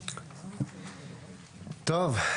טוב,